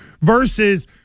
versus –